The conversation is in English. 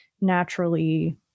naturally